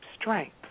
strength